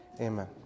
Amen